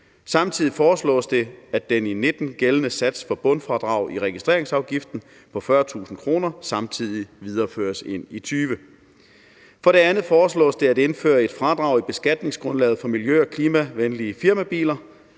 Samtidig foreslås det, at den i 2019 gældende sats for bundfradrag i registreringsafgiften på 40.000 kr. samtidig videreføres ind i 2020. For det andet foreslås det at indføre et fradrag i beskatningsgrundlaget for miljø- og klimavenlige firmabiler,